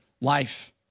life